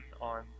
on